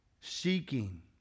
seeking